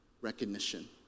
recognition